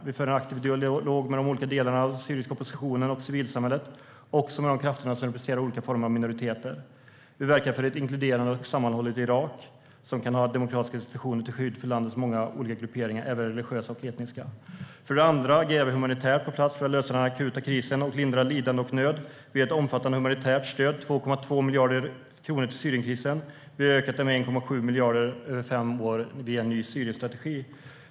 Vi för en aktiv dialog med de olika delarna av den syriska oppositionen och civilsamhället, också med de krafter som representerar olika former av minoriteter. Vi verkar för ett inkluderande och sammanhållet Irak som kan ha demokratiska institutioner till skydd för landets många olika grupperingar, även religiösa och etniska. För det andra agerar vi humanitärt på plats för att lösa den akuta krisen och lindra lidande och nöd. Vi ger ett omfattande humanitärt stöd, 2,2 miljarder kronor, till Syrienkrisen. Vi har ökat det med 1,7 miljarder över fem år med en ny Syrienstrategi.